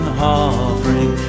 hovering